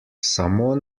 samo